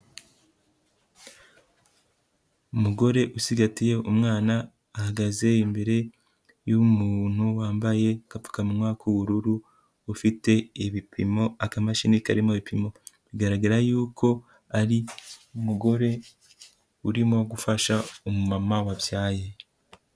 Umugore usigatiye umwana ahagaze imbere y'umuntu wambaye apfukamunwa k'ubururu, ufite ibipimo, akamashini karimo ibipimo, bigaragara yuko ari umugore urimo gufasha umu mama wabyaye.